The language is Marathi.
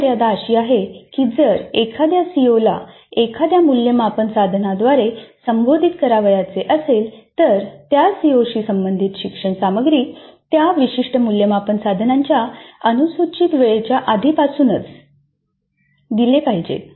फक्त मर्यादा अशी आहे की जर एखाद्या सीओला एखाद्या मूल्यमापन साधनाद्वारे संबोधित करायचे असेल तर त्या सीओशी संबंधित शिक्षण सामग्री त्या विशिष्ट मूल्यमापन साधनाच्या अनुसूचित वेळेच्या आधीपासूनच दिले पाहिजेत